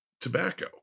Tobacco